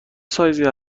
سایزی